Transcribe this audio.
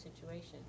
situation